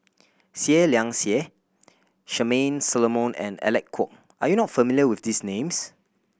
Seah Liang Seah Charmaine Solomon and Alec Kuok are you not familiar with these names